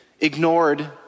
ignored